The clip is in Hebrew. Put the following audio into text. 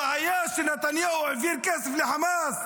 הבעיה שנתניהו העביר כסף לחמאס?